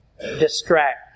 distract